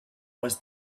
was